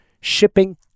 shipping